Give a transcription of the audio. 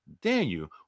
Daniel